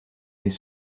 des